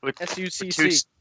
S-U-C-C